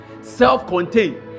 self-contained